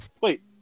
Wait